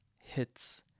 hits